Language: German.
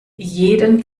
jeden